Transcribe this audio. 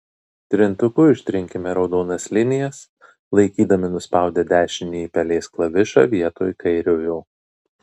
trintuku ištrinkime raudonas linijas laikydami nuspaudę dešinįjį pelės klavišą vietoj kairiojo